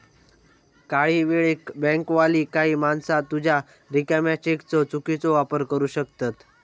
काही वेळेक बँकवाली काही माणसा तुझ्या रिकाम्या चेकचो चुकीचो वापर करू शकतत